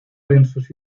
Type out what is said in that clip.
censos